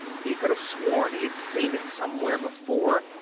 he could have sworn he had seen it somewhere before.